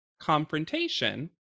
confrontation